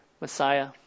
Messiah